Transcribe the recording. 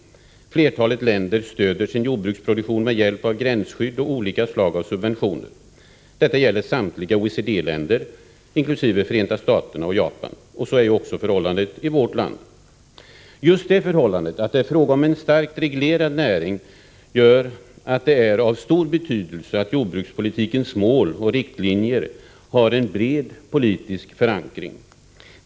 Flertalet länder stöder sin jordbruksproduktion med hjälp av gränsskydd och olika slag av subventioner. Detta gäller samtliga OECD-länder, inkl. Förenta staterna och Japan. Så är också förhållandena i vårt land. Just det förhållandet att det är fråga om en starkt reglerad näring gör att det är av stor betydelse att jordbrukspolitikens mål och riktlinjer har en bred politisk förankring.